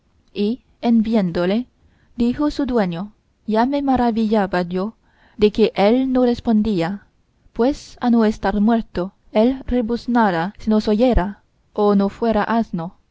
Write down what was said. y en viéndole dijo su dueño ya me maravillaba yo de que él no respondía pues a no estar muerto él rebuznara si nos oyera o no fuera asno